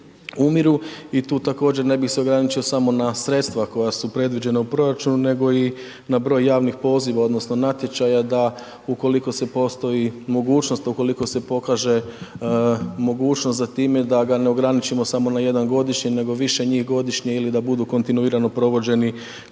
i tu također ne bi se ograničio samo na sredstva koja su predviđena u proračunu, nego i na broj javnih poziva odnosno natječaja da ukoliko se postoji mogućnost, ukoliko se pokaže mogućnost za time da ga ne ograničimo samo na jedan godišnje, nego više njih godišnje ili da budu kontinuirano provođeni